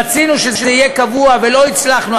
רצינו שזה יהיה קבוע ולא הצלחנו,